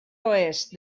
est